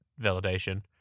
validation